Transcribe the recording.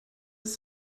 ist